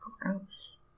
Gross